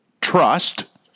trust